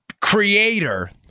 creator